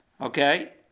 Okay